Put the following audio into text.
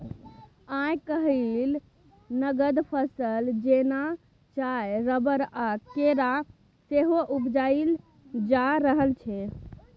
आइ काल्हि नगद फसल जेना चाय, रबर आ केरा सेहो उपजाएल जा रहल छै